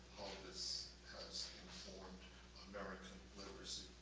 this has informed american literacy